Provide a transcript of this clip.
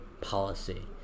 policy